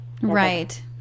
Right